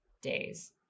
days